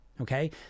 okay